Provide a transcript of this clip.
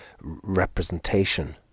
representation